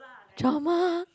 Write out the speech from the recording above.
drama